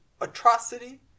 atrocity